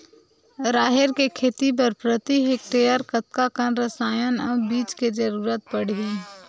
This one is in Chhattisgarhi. राहेर के खेती बर प्रति हेक्टेयर कतका कन रसायन अउ बीज के जरूरत पड़ही?